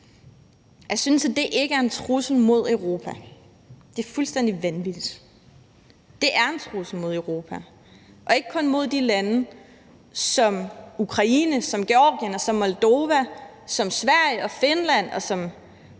der foregår i Ukraine, mens vi står her i dag, er fuldstændig vanvittigt. Det er en trussel mod Europa og ikke kun imod lande som Ukraine, Georgien, Moldova, Sverige, Finland,